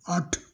ਅੱਠ